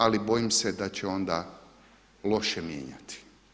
Ali bojim se da će onda loše mijenjati.